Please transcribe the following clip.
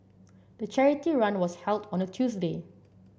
the charity run was held on a Tuesday